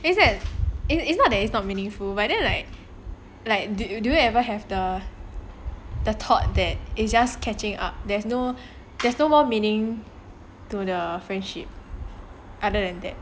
is it's not that it's not meaningful but then like like did you did you ever have the the thought that it's just catching up there's no there's no more meaning to the friendship other than that